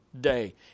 day